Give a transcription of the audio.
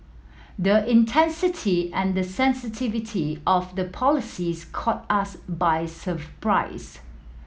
the intensity and the sensitivity of the policies caught us by surprise